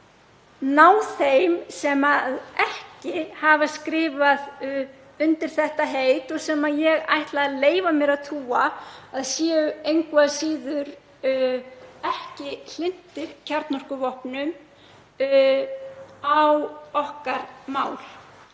ná þeim sem ekki hafa skrifað undir þetta heit, og sem ég ætla að leyfa mér að trúa að séu engu að síður ekki hlynntir kjarnorkuvopnum, á okkar mál.